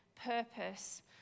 purpose